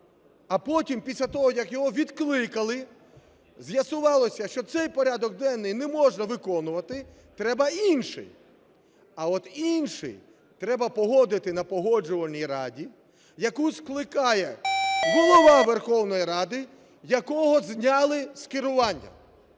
А потім після того, як його відкликали, з'ясувалося, що цей порядок денний не можна виконувати – треба інший. А от інший треба погодити на Погоджувальній раді, яку скликає Голова Верховної Ради, якого зняли з керування.